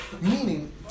meaning